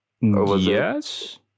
Yes